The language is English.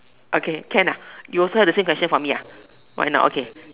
okay can lah you also have the same question for me why not okay